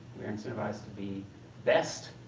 we're incentivized to be best,